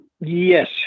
Yes